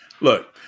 Look